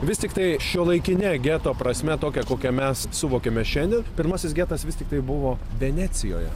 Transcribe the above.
vis tiktai šiuolaikine geto prasme tokia kokią mes suvokėme šiandien pirmasis getas vis tiktai buvo venecijoje